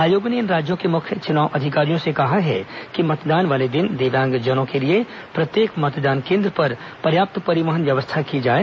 आयोग ने इन राज्यों के मुख्य चुनाव अधिकारियों से कहा है कि मतदान वाले दिन दिव्यांगजनों के लिए प्रत्येक मतदान केन्द्र पर पर्याप्त परिवहन व्यवस्था की जाए